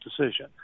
decision